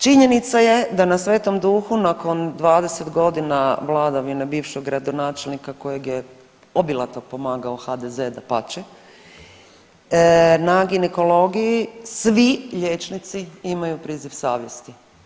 Činjenica je da na Sv.Duhu nakon 20 godina vladavine bivšeg gradonačelnika kojeg je obilato pomagao HDZ, dapače, na ginekologiji svi liječnici imaju priziv savjesti.